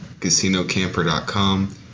casinocamper.com